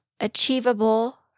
Achievable